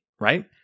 right